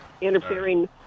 interfering